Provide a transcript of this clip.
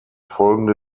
folgende